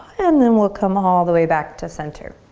and then we'll come all the way back to center.